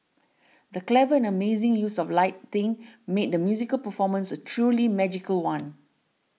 the clever and amazing use of lighting made the musical performance a truly magical one